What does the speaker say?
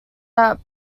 out